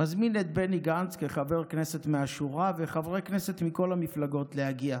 מזמין את בני גנץ כחבר כנסת מהשורה וכן חברי הכנסת מכל המפלגות להגיע.